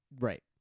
right